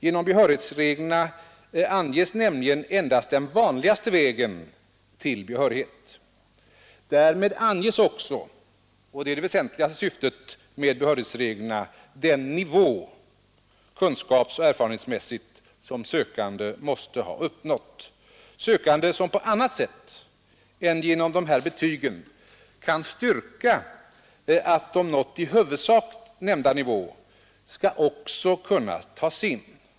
Genom behörighetsreglerna anges nämligen endast den vanligaste vägen till behörighet. Därmed anges också — och det är det väsentligaste syftet med behörighetsreglerna — den nivå kunskapsoch erfarenhetsmässigt som sökande måste ha uppnått. Sökande som på annat sätt än genom de här betygen kan styrka att de nått i huvudsak nämnda nivå skall också kunna tas in.